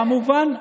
במובן,